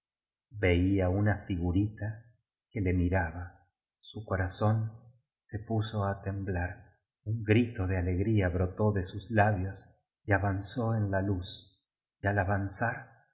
veía una figurita que le miraba su corazón se puso á temblar un grito de alegría brotó de sus labios y avanzó en la luz y al avanzar